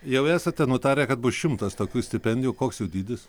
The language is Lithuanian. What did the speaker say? jau esate nutarę kad bus šimtas tokių stipendijų koks jų dydis